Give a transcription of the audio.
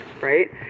right